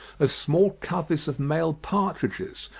of small coveys of male partridges,